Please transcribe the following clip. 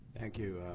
thank you,